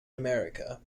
america